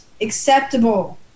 acceptable